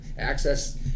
access